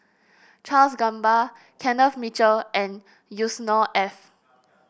Charles Gamba Kenneth Mitchell and Yusnor Ef